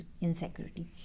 insecurity